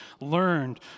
learned